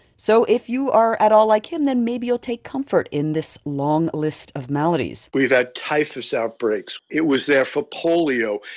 so if you are at all like him, then maybe you'll take comfort in this long list of maladies we've had typhus outbreaks. it was there for polio.